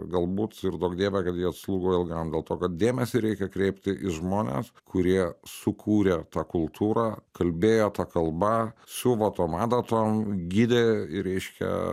galbūt ir duok dieve kad jie atslūgo ilgam dėl to kad dėmesį reikia kreipti į žmones kurie sukūrė tą kultūrą kalbėjo ta kalba siuvo tom adatom gydė ir reiškia